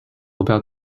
about